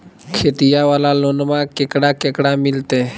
खेतिया वाला लोनमा केकरा केकरा मिलते?